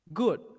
good